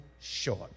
short